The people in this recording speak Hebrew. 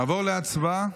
נעבור להצבעה.